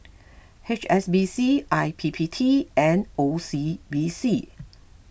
H S B C I P P T and O C B C